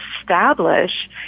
establish